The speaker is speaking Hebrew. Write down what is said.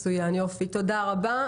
מצוין, תודה רבה.